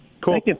Cool